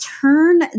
turn